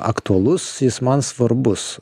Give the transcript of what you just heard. aktualus jis man svarbus